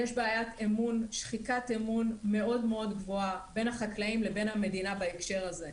יש שחיקת אמון מאוד מאוד גבוהה בין החקלאים לבין המדינה בהקשר הזה.